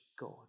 God